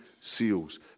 seals